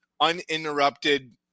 uninterrupted